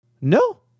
no